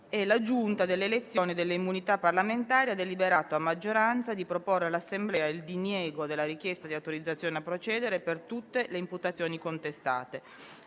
La Giunta delle elezioni e delle immunità parlamentari ha deliberato, a maggioranza, di proporre all'Assemblea il diniego della richiesta di autorizzazione a procedere per tutte le imputazioni contestate,